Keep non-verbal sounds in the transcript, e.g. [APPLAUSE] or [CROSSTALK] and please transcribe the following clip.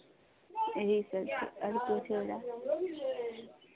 एहि सभ छै आओर किछो [UNINTELLIGIBLE]